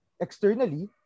Externally